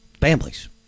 families